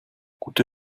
gute